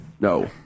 No